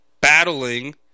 battling